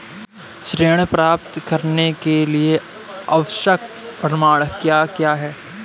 ऋण प्राप्त करने के लिए आवश्यक प्रमाण क्या क्या हैं?